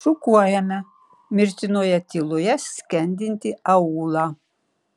šukuojame mirtinoje tyloje skendintį aūlą